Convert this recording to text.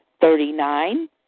Thirty-nine